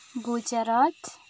Gujarat